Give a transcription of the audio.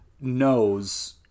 knows